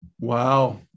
Wow